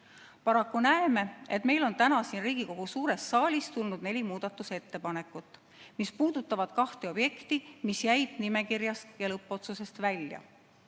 Paraku näeme, et meil on täna siin Riigikogu suures saalis tulnud neli muudatusettepanekut, mis puudutavad kahte objekti, mis jäid nimekirjast ja lõppotsusest välja.